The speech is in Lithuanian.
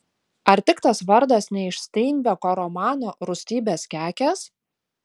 ar tik tas vardas ne iš steinbeko romano rūstybės kekės